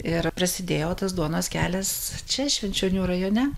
ir prasidėjo tas duonos kelias čia švenčionių rajone